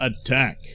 attack